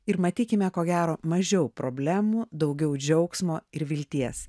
ir matykime ko gero mažiau problemų daugiau džiaugsmo ir vilties